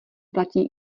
platí